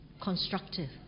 constructive